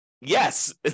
yes